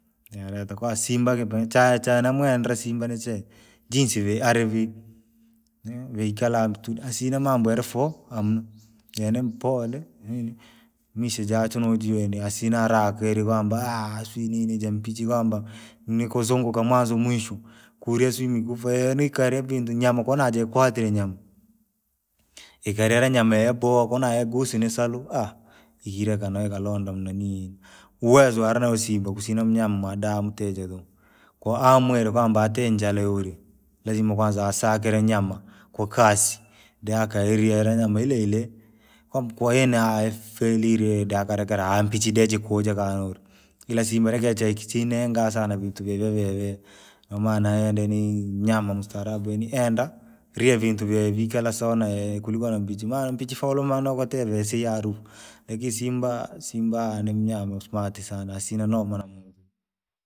Creta kwa simba kipe chachwi namwendera samba ni chee, jinsi vere ari vii, vekala tuku asina mambo yarifoo amuna, yeye ni mpole. Misha jachwe nojio ende asina haraka eri kwamba sijui nini jampichi kwamba, nikuzunguka mwanza mwisho, kuria sijui mikufaa yani ikaria kintu nyama konaa jeikwatiri nyama. Ikarire nyama yaboha konaa yaguswa nisahuu, irekaa nayo ikalondaa nanii, uwezo are nao samba kusina mnyama mwendaa matijege, koamwire kwamba tii njala yoria. Lazima kwanza asakire nyuma, kwa kasi, deakairiele nyama ileile, kwamba ukueina felile daakalekela mpichi dejikujaa kaali noria. Ila samba laje cheeki sinenga sana vintu vevila viha, nomanaa neyenda nii mnyama mstarabu yani enda! Aria vintu vee vikala sawa naya kuliko na mpichi maana mpichi taulumana kotee vesii ire harufu. Lakii simba! Simba ni mnyama simati sana asina noma na muntu.